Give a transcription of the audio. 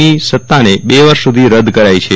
ની સત્તાને બે વર્ષ સુધી રદ કરાઇ છે